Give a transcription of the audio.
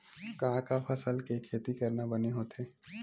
का का फसल के खेती करना बने होथे?